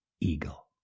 eagle